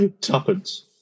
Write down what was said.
Tuppence